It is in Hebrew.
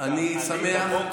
גינינו אותם.